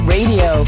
Radio